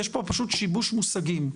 יש פה פשוט שיבוש מושגים.